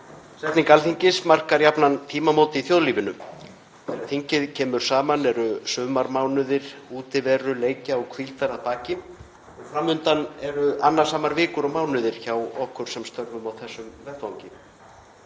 Setning Alþingis markar jafnan tímamót í þjóðlífinu. Þegar þingið kemur saman eru sumarmánuðir útiveru, leikja og hvíldar að baki og fram undan eru annasamar vikur og mánuðir fyrir okkur sem störfum á þessum vettvangi.